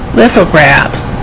lithographs